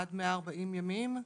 עד 140 ימים.